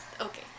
Okay